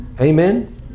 amen